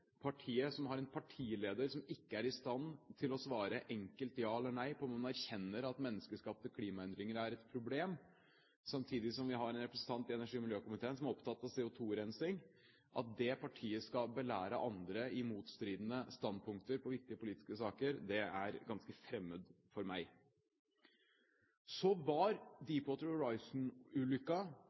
partiet som har en partileder som ikke er i stand til å svare enkelt ja eller nei på om hun erkjenner at menneskeskapte klimaendringer er et problem, samtidig som de har en representant i energi- og miljøkomiteen som er opptatt av CO2-rensing – belære andre i motstridende standpunkter i viktige politiske saker. Det er ganske fremmed for